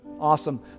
Awesome